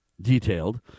detailed